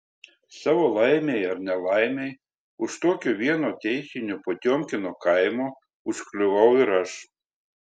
savo laimei ar nelaimei už tokio vieno teisinio potiomkino kaimo užkliuvau ir aš